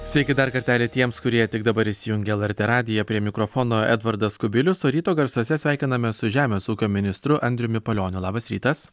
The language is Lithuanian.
sveiki dar kartelį tiems kurie tik dabar įsijungia lrt radiją prie mikrofono edvardas kubilius ryto garsuose sveikinamės su žemės ūkio ministru andriumi palioniu labas rytas